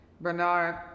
Bernard